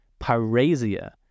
parasia